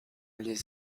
les